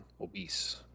obese